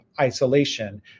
isolation